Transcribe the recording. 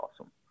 awesome